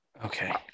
Okay